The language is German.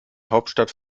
hauptstadt